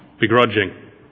Begrudging